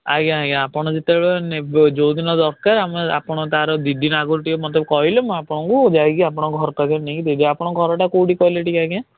ଆଜ୍ଞା ଆଜ୍ଞା ଆପଣ ଯେତେବେଳେ ନେବ ଯେଉଁ ଦିନ ଦରକାର ଆମେ ଆପଣ ତାର ଦୁଇ ଦିନ ଆଗରୁ ଟିକେ ମୋତେ କହିଲେ ମୁଁ ଆପଣଙ୍କୁ ଯାଇକି ଆପଣଙ୍କ ଘର ପାଖରେ ନେଇକି ଦେଇଦେବି ଆପଣଙ୍କ ଘରଟା କେଉଁଠି କହିଲେ ଟିକେ ଆଜ୍ଞା